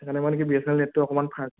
সেইকাৰণে মানে কি বি এছ এন এল নেটটো অকণমান ফাষ্ট